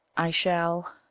i shall,